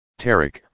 Tarek